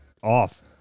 off